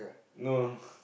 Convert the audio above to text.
no no